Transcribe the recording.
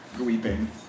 weeping